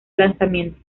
lanzamiento